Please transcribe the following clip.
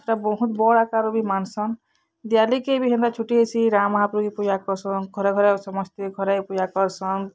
ସେଟା ବହୁତ୍ ବଡ଼୍ ଆକାର୍ ବି ମାନ୍ସନ୍ ଦିଆଲିକେ ବି ହେନ୍ତା ଛୁଟି ହେସି ରାମ୍ ମହାପ୍ରୁ କେ ପୂଜା କର୍ସନ୍ ଘରେ ଘରେ ସମସ୍ତେ ଘରେ ପୂଜା କର୍ସନ୍